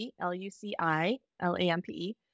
L-U-C-I-L-A-M-P-E